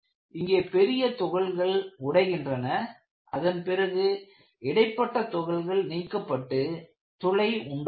இங்கே பெரிய துகள்கள் உடைகிறதுஅதன்பிறகு இடைப்பட்ட துகள்கள் நீக்கப்பட்டு துளை உண்டாகிறது